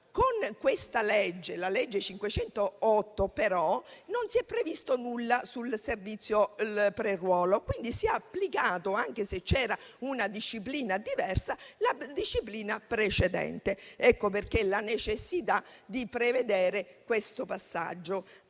Con la legge n. 508, però, non si è previsto nulla sul servizio pre-ruolo e, quindi, è stata applicata, anche se c'era una disciplina diversa, la disciplina precedente. Da qui la necessità di prevedere questo passaggio,